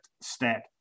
stat